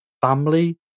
Family